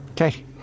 Okay